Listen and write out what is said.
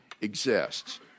exists